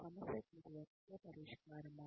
సమస్యకు ఇది ఒక్కటే పరిష్కారమా